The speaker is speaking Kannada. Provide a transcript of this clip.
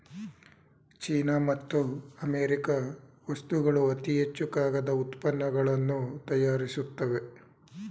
ಚೀನಾ ಮತ್ತು ಅಮೇರಿಕಾ ವಸ್ತುಗಳು ಅತಿ ಹೆಚ್ಚು ಕಾಗದ ಉತ್ಪನ್ನಗಳನ್ನು ತಯಾರಿಸುತ್ತವೆ